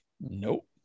nope